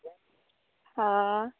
हँ